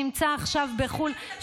שנמצא עכשיו בחו"ל,